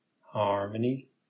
harmony